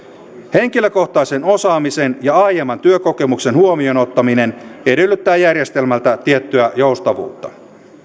henkilökohtaisen osaamisen ja aiemman työkokemuksen huomioon ottaminen edellyttää järjestelmältä tiettyä joustavuutta